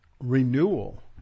renewal